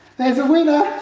there's a winner!